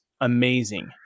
amazing